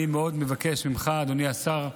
אני מאוד מבקש ממך, אדוני השר,